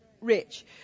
rich